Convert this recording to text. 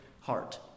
heart